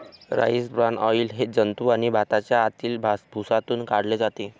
rice bran oil हे जंतू आणि भाताच्या आतील भुसातून काढले जाते